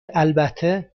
البته